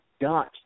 got